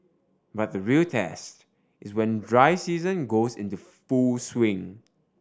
but the real test is when dry season goes into full swing